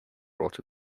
brought